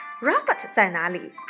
Robert在哪里